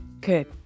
Good